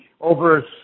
over